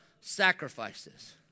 sacrifices